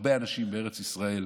הרבה אנשים בארץ ישראל,